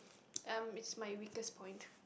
um it's my weakest point